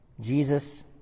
Jesus